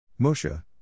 Moshe